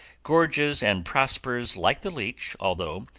gorges and prospers like the leech, although,